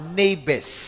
neighbors